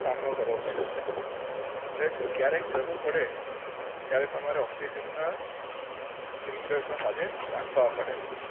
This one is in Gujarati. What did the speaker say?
સામનો કરવો પડે છે એટલે ક્યારેક જરૂર પડે ત્યારે તમારે ઓક્સિજનનાં સીઇન્ડર પણ સાથે રાખવાં પડે છે